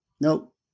Nope